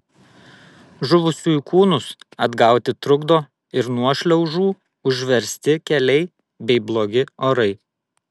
žuvusiųjų kūnus atgauti trukdo ir nuošliaužų užversti keliai bei blogi orai